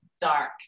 dark